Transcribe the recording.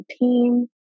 team